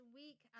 week